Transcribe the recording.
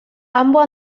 ambos